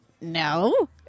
No